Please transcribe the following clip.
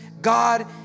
God